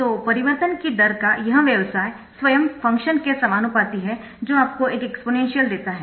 तो परिवर्तन की दर का यह व्यवसाय स्वयं फ़ंक्शन के समानुपाती है जो आपको एक एक्सपोनेंशियल देता है